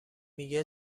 مگه